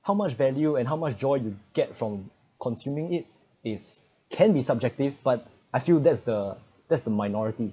how much value and how much joy you get from consuming it is can be subjective but I feel that's the that's the minority